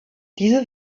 diese